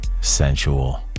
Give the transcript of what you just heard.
Sensual